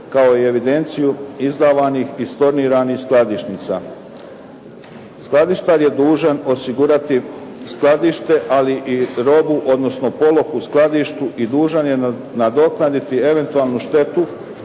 kao i evidenciju izdavanih i storniranih skladišnica. Skladištar je dužan osigurati skladište ali i robu, odnosno polog u skladištu i dužan je nadoknaditi eventualnu štetu